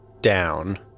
down